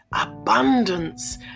abundance